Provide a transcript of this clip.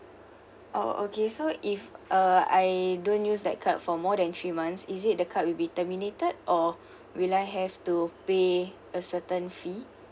orh okay so if uh I don't use that card for more than three months is it the card will be terminated or will I have to pay a certain fee